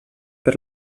per